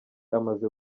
amaze